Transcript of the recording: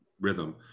rhythm